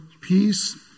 peace